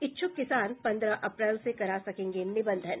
इच्छुक किसान पन्द्रह अप्रैल से करा सकेंगे निबंधन